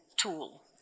tool